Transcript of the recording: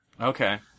okay